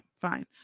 fine